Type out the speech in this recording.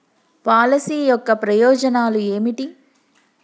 Policy యొక్క ప్రయోజనాలు ఏమిటి?